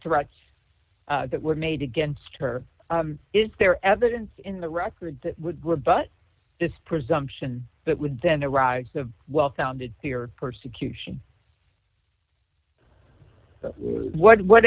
threats that were made against her is there evidence in the record but this presumption that with then the rise of well founded fear persecution what what